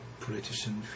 politician